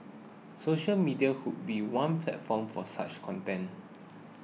social media could be one platform for such content